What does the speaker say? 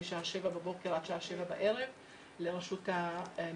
משעה 7:00 בבוקר עד לשעה 19:00 בערב לרשות המייצגים,